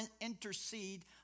intercede